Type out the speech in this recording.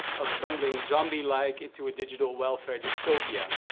of stumbling zombie-like into a digital welfare dystopia.